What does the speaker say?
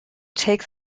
take